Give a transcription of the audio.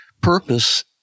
Purpose